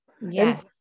Yes